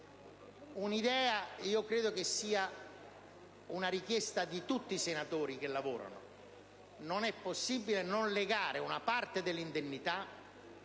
nazionale. Credo che sia una richiesta di tutti i senatori che lavorano: non è possibile non legare una parte dell'indennità